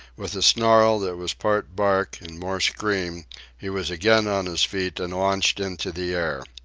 with a snarl that was part bark and more scream he was again on his feet and launched into the air.